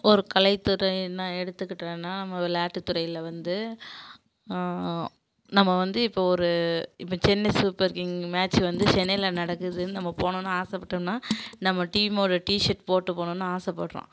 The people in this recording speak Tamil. ஒரு கலைத்துறைனால் எடுத்துக்கிட்டோன்னா முத விளாட்டு துறையில் வந்து நம்ம வந்து இப்போ ஒரு இப்போ சென்னை சூப்பர் கிங் மேச் வந்து சென்னையில் நடக்குதுன்னு நம்ம போணும்னு ஆசைப்பட்டோம்னா நம்ம டீம்மோட டீஷர்ட் போட்டு போணும்னு ஆசைப்படுறோம்